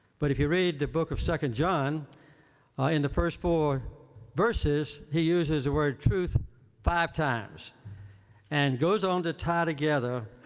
but if you read the book of second john in the first four verses, he uses the word truth five times and goes on to tie together